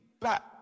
back